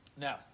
now